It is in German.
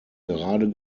gerade